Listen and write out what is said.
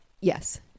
yes